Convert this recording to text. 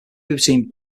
between